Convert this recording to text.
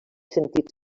sentit